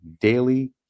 Daily